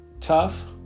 tough